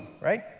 right